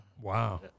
Wow